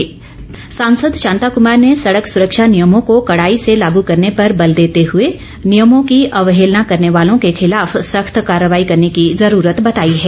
शांता कुमार सांसद शांता कुमार ने सड़क सुरक्षा नियमों को कड़ाई से लागू करने पर बल देते हुए नियमों की अवहेलना करने वालों के खिलाफ सख्त कार्रवाई करने की जरूरत बताई है